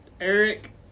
Eric